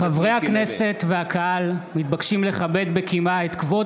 חברי הכנסת והקהל מתבקשים לכבד בקימה את כבוד